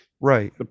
right